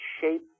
shape